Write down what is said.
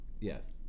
Yes